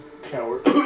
Coward